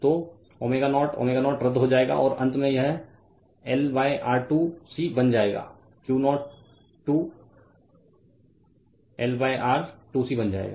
तोω0 ω0 रद्द हो जाएगा और अंत में यह LR 2 C बन जाएगा Q0 2 LR 2 C बन जाएगा